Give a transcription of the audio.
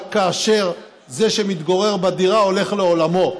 רק כאשר זה שמתגורר בדירה הולך לעולמו.